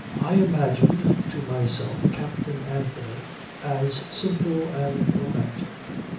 i imagined to myself captain anthony as simple and romantic.